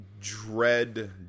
Dread